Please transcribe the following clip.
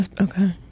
Okay